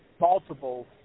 multiple